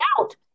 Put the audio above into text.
out